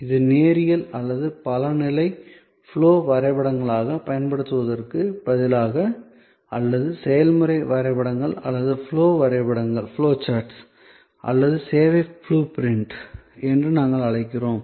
இந்த நேரியல் அல்லது பல நிலை ஃப்ளோ வரைபடங்களைப் பயன்படுத்துவதற்குப் பதிலாக அல்லது செயல்முறை வரைபடங்கள் அல்லது ஃப்ளோ வரைபடங்கள் அல்லது சேவை ப்ளூ பிரிண்ட் என்று நாங்கள் அழைக்கிறோம்